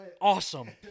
awesome